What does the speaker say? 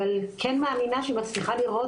אבל כן מאמינה שהיא מצליחה לראות,